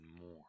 more